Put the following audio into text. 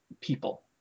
people